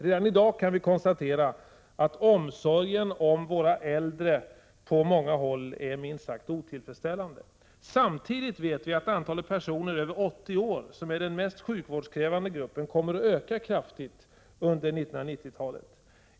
Redan i dag kan vi konstatera att omsorgen om våra äldre på många håll är minst sagt otillfredsställande. Samtidigt vet vi att antalet personer över 80 år, som är den mest sjukvårdskrävande gruppen, kommer att öka kraftigt under 1990-talet.